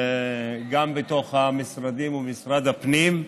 גם בתוך המשרדים ומשרד הפנים.